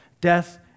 Death